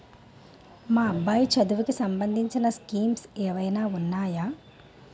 మా అబ్బాయి చదువుకి సంబందించిన స్కీమ్స్ ఏమైనా ఉన్నాయా?